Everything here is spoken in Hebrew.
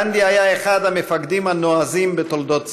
גנדי היה אחד המפקדים הנועזים בתולדות צה"ל.